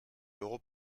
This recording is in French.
euros